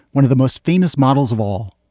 one of the most famous models of all.